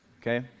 Okay